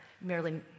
merely